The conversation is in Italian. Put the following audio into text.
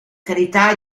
carità